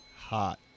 Hot